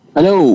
Hello